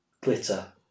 glitter